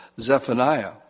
Zephaniah